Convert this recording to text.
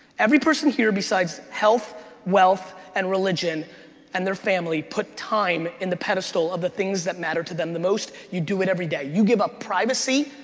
every person here besides health, wealth and religion and their family put time in the pedestal of the things that matter to them the most. you do it every day. you give up privacy,